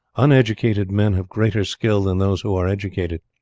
uneducated men have greater skill than those who are educated.